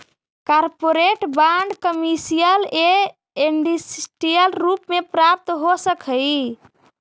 corporate bond commercial या industrial रूप में प्राप्त हो सकऽ हई